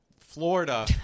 Florida